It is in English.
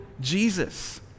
Jesus